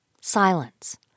Silence